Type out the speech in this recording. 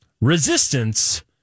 Resistance